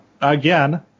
Again